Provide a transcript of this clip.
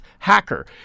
Hacker